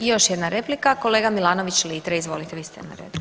I još jedna replika kolega Milanović Litre, izvolite vi ste na redu.